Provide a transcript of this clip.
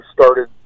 started